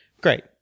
Great